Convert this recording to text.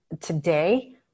today